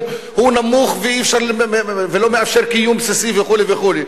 הוא נמוך ולא מאפשר קיום בסיסי וכו' וכו'.